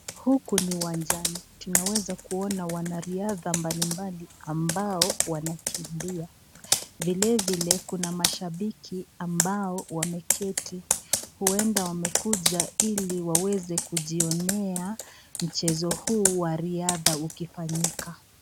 Huku ni uwanjani, tunaweza kuona wanariadha mbalimbali ambao wanakimbia, vile vile kuna mashabiki ambao wameketi huenda wamekuja ili waweze kujionea mchezo huu wa riadha ukifanyika.